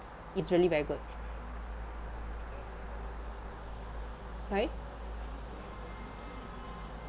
it's really very good sorry